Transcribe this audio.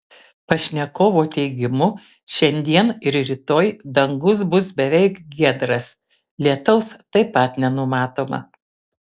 pašnekovo teigimu šiandien ir rytoj dangus bus beveik giedras lietaus taip pat nenumatoma